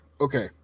Okay